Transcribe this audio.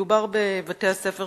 מדובר בבתי-הספר